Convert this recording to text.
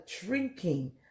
drinking